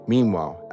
Meanwhile